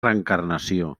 reencarnació